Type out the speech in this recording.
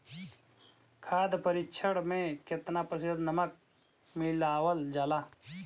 खाद्य परिक्षण में केतना प्रतिशत नमक मिलावल जाला?